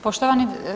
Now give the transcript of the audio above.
Poštovani.